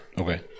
Okay